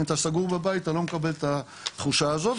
אם אתה סגור בבית אתה לא מקבל את התחושה הזו.